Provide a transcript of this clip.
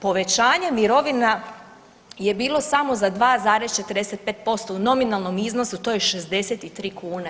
Povećanje mirovina je bilo samo za 2,45% u nominalnom iznosu to je 63 kune.